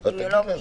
אפידמיולוגיים,